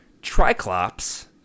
Triclops